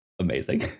amazing